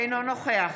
אינו נוכח